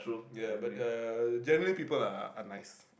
ya but uh generally people are nice